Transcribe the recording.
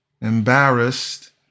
embarrassed